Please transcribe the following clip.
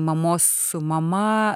mamos su mama